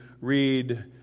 read